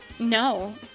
No